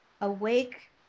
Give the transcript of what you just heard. awake